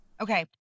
Okay